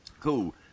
Cool